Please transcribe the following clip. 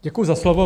Děkuji za slovo.